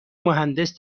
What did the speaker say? مهندس